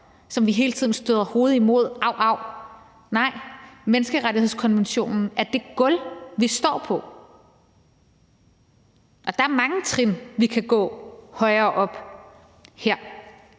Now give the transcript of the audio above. som vi hele tiden støder hovedet imod – av, av. Nej, menneskerettighedskonventionen er det gulv, vi står på, og der er mange trin, vi kan gå højere op her.